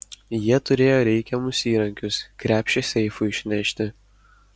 jie turėjo reikiamus įrankius krepšį seifui išnešti